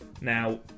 now